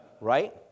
right